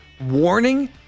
warning